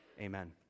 Amen